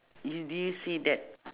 you do you see that